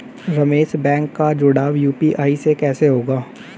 Ramesh bank का जुड़ाव UPI से कैसे होगा?